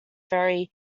very